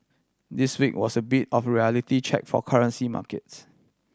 this week was a bit of a reality check for currency markets